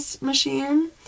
machine